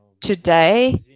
today